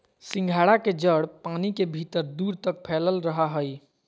सिंघाड़ा के जड़ पानी के भीतर दूर तक फैलल रहा हइ